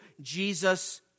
Jesus